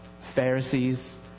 Pharisees